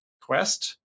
Quest